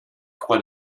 croix